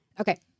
Okay